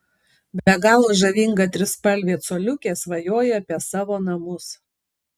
be galo žavinga trispalvė coliukė svajoja apie savo namus